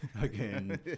again